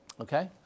Okay